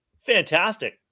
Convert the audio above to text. Fantastic